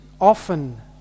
often